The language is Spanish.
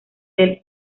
del